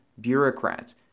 bureaucrats